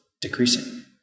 decreasing